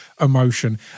emotion